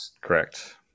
Correct